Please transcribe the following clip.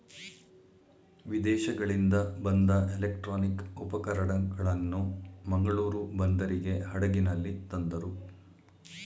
ವಿದೇಶಗಳಿಂದ ಬಂದ ಎಲೆಕ್ಟ್ರಾನಿಕ್ ಉಪಕರಣಗಳನ್ನು ಮಂಗಳೂರು ಬಂದರಿಗೆ ಹಡಗಿನಲ್ಲಿ ತಂದರು